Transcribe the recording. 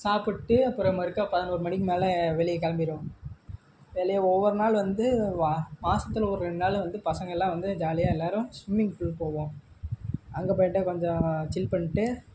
சாப்பிட்டு அப்புறம் மறுக்கா பதினோரு மணிக்கு மேலே வெளியே கிளம்பிருவோம் வெளியே ஒவ்வொரு நாள் வந்து மாசத்தில் ஒரு ரெண்டு நாள் வந்து பசங்கள்லாம் வந்து ஜாலியாக எல்லோரும் ஸ்விம்மிங் ஃபுல் போவோம் அங்கே போய்ட்டு கொஞ்சம் சில் பண்ணிவிட்டு